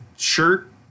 shirt